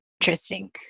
interesting